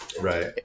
Right